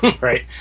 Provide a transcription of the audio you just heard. right